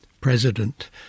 President